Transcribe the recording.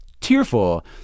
tearful